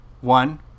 One